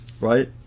right